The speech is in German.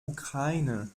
ukraine